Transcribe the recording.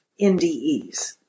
NDEs